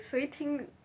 谁听